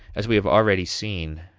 as we have already seen,